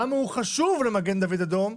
למה הוא חשוב למגן דוד אדום?